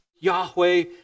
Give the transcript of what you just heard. Yahweh